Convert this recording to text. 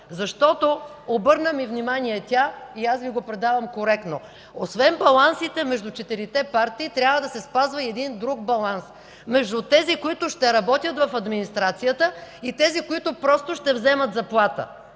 Защото – обърна ми внимание тя, и аз Ви го предавам коректно – освен балансите между четирите партии, трябва да се спазва и баланс между тези, които ще работят в администрацията и тези, които просто ще вземат заплата.